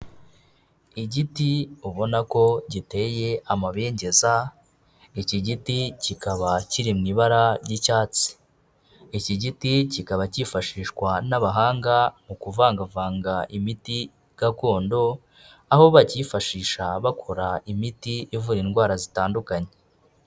Igiti ubona ko giteye amabengeza, iki giti kikaba kiri mu ibara ry'icyatsi. Iki giti kikaba cyifashishwa n'abahanga mu kuvangavanga imiti gakondo, aho bacyifashisha bakora imiti ivura indwara zitandukanye.